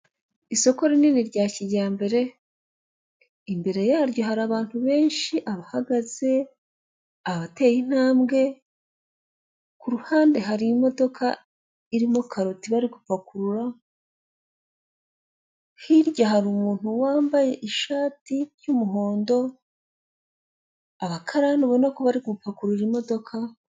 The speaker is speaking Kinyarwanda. Isoko rinini rya kijyambere imbere yaryo hari abantu benshi abahagaze, abateye intambwe, ku ruhande hari imodoka irimo karoti bari gupakurura, hirya hari umuntu wambaye ishati y'umuhondo abakarani ubona ko bari gupakurura imodoka.